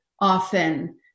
often